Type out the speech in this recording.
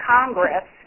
Congress